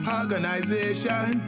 organization